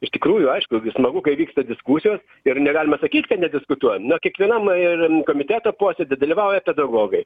iš tikrųjų aišku smagu kai vyksta diskusijos ir negalima sakyt kad nediskutuojam na kiekvienam ir komiteto posėdyje dalyvauja pedagogai